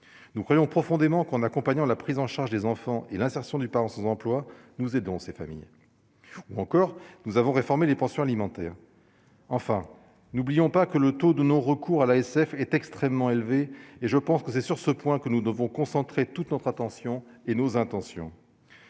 nous croyons profondément qu'on accompagnant la prise en charge des enfants et l'insertion du sans emploi, nous aidons ces familles encore nous avons réformé les pensions alimentaires, enfin, n'oublions pas que le taux de non-recours à l'ASF est extrêmement élevé et je pense que c'est sur ce point que nous devons concentrer toute notre attention et nos intentions.